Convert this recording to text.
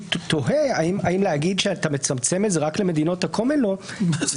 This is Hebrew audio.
תוהה האם להגיד שאתה מצמצם את זה רק למדינות ה-קומן לאו,